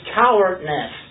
cowardness